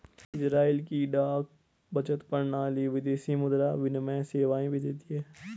Israel की डाक बचत प्रणाली विदेशी मुद्रा विनिमय सेवाएं भी देती है